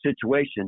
situation –